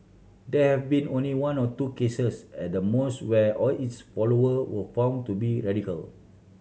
there have been only one or two cases at the most where all its follower were found to be radical